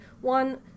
one